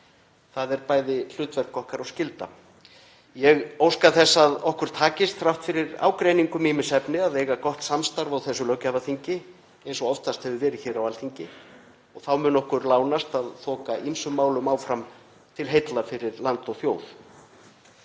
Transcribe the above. Það er bæði hlutverk okkar og skylda. Ég óska þess að okkur takist, þrátt fyrir ágreining um ýmis efni, að eiga gott samstarf á þessu löggjafarþingi eins og oftast hefur verið hér á Alþingi, og þá mun okkur lánast að þoka ýmsum málum áfram til heilla fyrir land og þjóð.